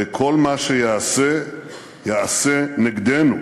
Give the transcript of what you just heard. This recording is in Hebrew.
הרי כל מה שייעשה ייעשה נגדנו,